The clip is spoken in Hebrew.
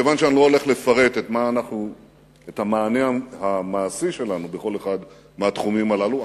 כיוון שאני לא הולך לפרט את המענה המעשי שלנו בכל אחד מהתחומים הללו,